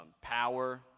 power